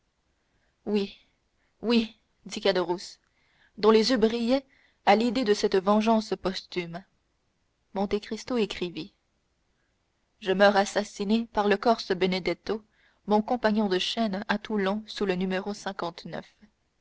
oui oui dit caderousse dont les yeux brillaient à l'idée de cette vengeance posthume monte cristo écrivit je meurs assassiné par le corse benedetto mon compagnon de chaîne à toulon sous le